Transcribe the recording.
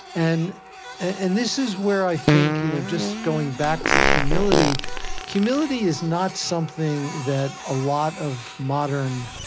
and and this is where, i think, you know just going back to humility humility is not something that a lot of modern,